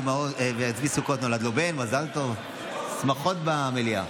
מזל טוב לסגלוביץ'.